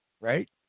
right